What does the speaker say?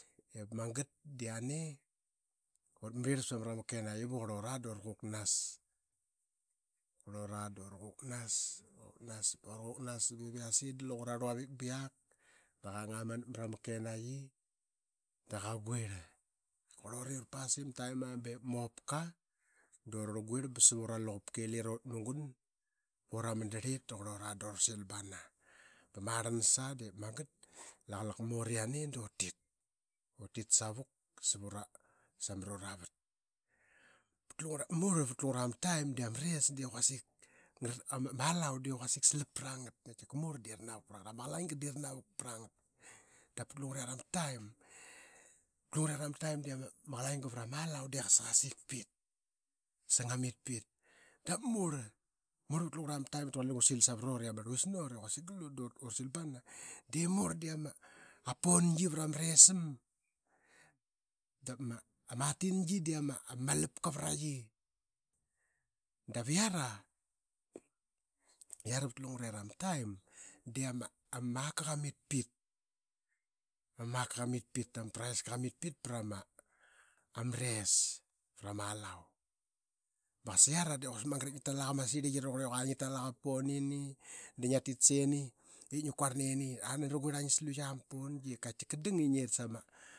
Ip magat da qiani da ut mrirl sa mra makenayi ba qurlura da ura qaqnas. Qurlura da ura quknas ba ura quknas ba ura quknas ba ip ma opka da urarl guirl ba sav ura luquka i lira qurlut da ut mugum pa ura mandarlit. Qurl ura da uri sil ba na ba ip marlanas aa da laqalak mut da ut tit sa vuk sav uravat. Murl vat lungura ma taim de ama res dii quasik slap pra ngat. Ama qalanga dii qa navuk pr ngat. Da pat lungurera ma taim de ama qalanga vra ma alau dii sa qa sik, sa qa mit pit. Murl vat lungara ma taim ip taquarl lira ngu set sa vrut i ama gilta nuti quasik gal ut da iri sill bana dii murl dii ama pungi vra ma res ama da ma tingi dii ama malapki vra qi. Dap iara vat lungurera ma taim dii ama maka qamit pit. Ama maka qamit pit, ama praiska qamit pit pra ma res, ama alau. Ba qasa iara dii quasik magat ip ngi tal aqama sirliqi raquarl ama pun ini da ngia tit sini ik ngi kuarl nini aa nani ra guirl aa ngi guirl sa luya ma pangi ip katika dang i ngit sa ama.